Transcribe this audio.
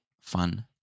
fun